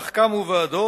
כך קמו ועדות.